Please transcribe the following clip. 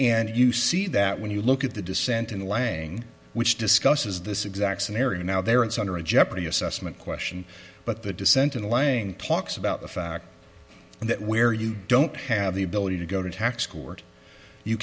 and you see that when you look at the dissent in lang which discusses this exact scenario now there it's under a jeopardy assessment question but the dissent in laying talks about the fact that where you don't have the ability to go to tax court you